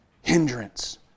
hindrance